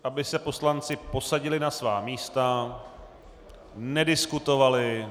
Aby se poslanci posadili na svá místa, nediskutovali.